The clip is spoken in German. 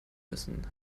müssen